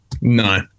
No